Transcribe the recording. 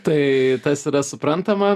tai tas yra suprantama